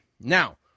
Now